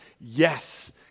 Yes